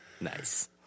Nice